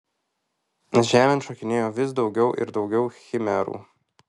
žemėn šokinėjo vis daugiau ir daugiau chimerų